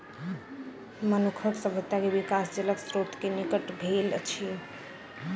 मनुखक सभ्यता के विकास जलक स्त्रोत के निकट भेल अछि